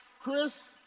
Chris